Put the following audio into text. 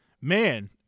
man